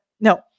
no